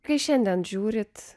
kai šiandien žiūrite